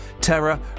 terror